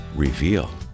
reveal